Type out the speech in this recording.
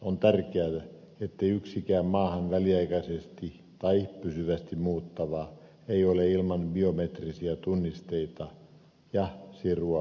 on tärkeätä ettei yksikään maahan väliaikaisesti tai pysyvästi muuttava ole ilman biometrisiä tunnisteita ja sirua